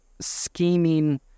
scheming